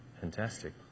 Fantastic